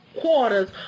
quarters